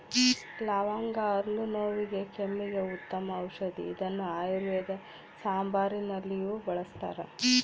ಲವಂಗ ಹಲ್ಲು ನೋವಿಗೆ ಕೆಮ್ಮಿಗೆ ಉತ್ತಮ ಔಷದಿ ಇದನ್ನು ಆಯುರ್ವೇದ ಸಾಂಬಾರುನಲ್ಲಿಯೂ ಬಳಸ್ತಾರ